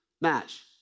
match